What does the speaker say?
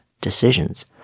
decisions